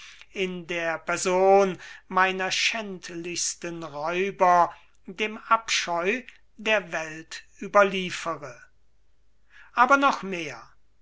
in der person meiner schändlichsten räuber dem abscheu der welt überliefere aber noch mehr